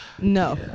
no